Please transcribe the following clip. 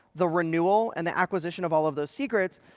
the renewal and the acquisition of all of those secrets.